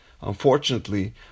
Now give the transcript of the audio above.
Unfortunately